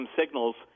signals